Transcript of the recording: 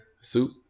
soup